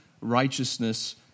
righteousness